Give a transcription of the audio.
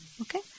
Okay